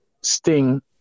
Sting